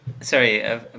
Sorry